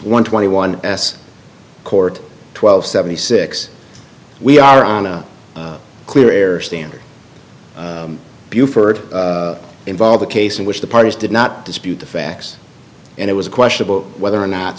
one twenty one s court twelve seventy six we are on a clear air standard buford involve a case in which the parties did not dispute the facts and it was questionable whether or not